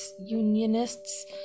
Unionists